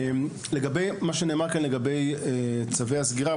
מה שנאמר כאן לגבי צווי הסגירה,